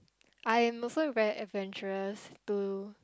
I am also very adventurous too